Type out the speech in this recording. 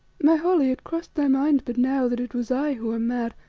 my holly, it crossed thy mind but now that it was i who am mad,